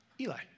Eli